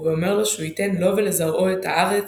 ליעקב, ואומר לו שהוא יתן לו ולזרעו את הארץ